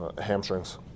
Hamstrings